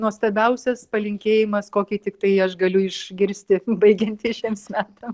nuostabiausias palinkėjimas kokį tiktai aš galiu išgirsti baigiantis šiems metam